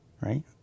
right